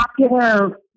popular